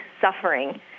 suffering